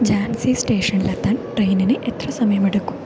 ഝാൻസി സ്റ്റേഷനിലെത്താൻ ട്രെയിനിന് എത്ര സമയമെടുക്കും